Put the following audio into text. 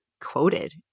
quoted